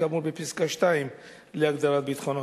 כאמור בפסקה (2) להגדרת ביטחונות.